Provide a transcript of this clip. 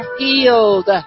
healed